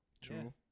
True